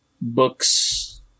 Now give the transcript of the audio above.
books